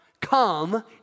come